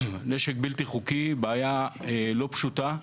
נשק בלתי חוקי זו בעיה לא פשוטה.